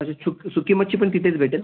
अच्छा छुक सुकी मच्छी पण तिथेच भेटेल